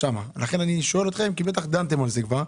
לכן אני שואל אתכם כי בטח דנתם על זה כבר.